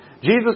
Jesus